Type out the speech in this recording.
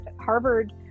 Harvard